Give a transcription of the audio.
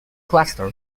cluster